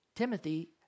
Timothy